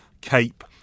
cape